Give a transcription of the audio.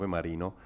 Marino